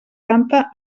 canta